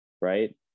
right